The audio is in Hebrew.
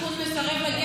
כי אני יושב בוועדה הזאת,